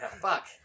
Fuck